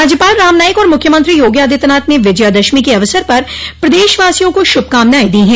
राज्यपाल राम नाईक और मुख्यमंत्री योगी आदित्यनाथ ने विजयादशमी के अवसर पर प्रदेशवासियों को शुभकामनाएं दी हैं